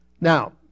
now